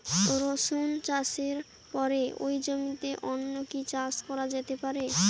রসুন চাষের পরে ওই জমিতে অন্য কি চাষ করা যেতে পারে?